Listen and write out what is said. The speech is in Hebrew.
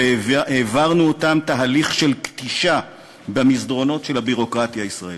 והעברנו אותם תהליך של כתישה במסדרונות של הביורוקרטיה הישראלית.